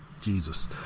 Jesus